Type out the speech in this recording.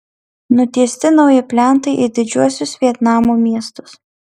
nutiesti nauji plentai į didžiuosius vietnamo miestus